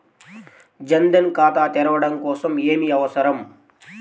జన్ ధన్ ఖాతా తెరవడం కోసం ఏమి అవసరం?